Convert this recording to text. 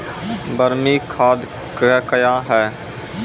बरमी खाद कया हैं?